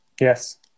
yes